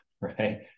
right